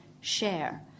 share